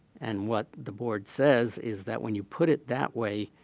and what the board says is that when you put it that way,